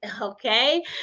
okay